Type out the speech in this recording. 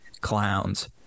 Clowns